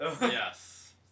yes